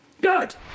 Good